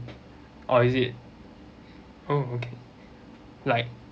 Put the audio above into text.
oh is it oh okay like